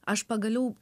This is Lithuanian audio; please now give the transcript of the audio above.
aš pagaliau